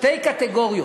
שתי קטגוריות,